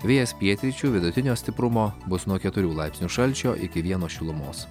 vėjas pietryčių vidutinio stiprumo bus nuo keturių laipsnių šalčio iki vieno šilumos